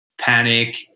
panic